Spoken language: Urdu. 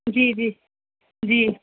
جی جی جی